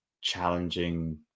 challenging